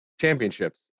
championships